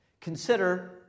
Consider